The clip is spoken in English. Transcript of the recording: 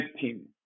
team